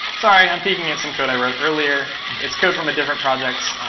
sorry. i'm peeking at some code i wrote earlier. it's code from a different project,